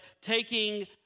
taking